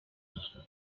nka